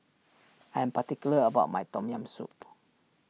I am particular about my Tom Yam Soup